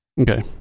Okay